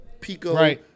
Pico